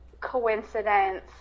coincidence